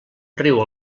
riu